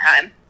time